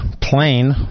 plane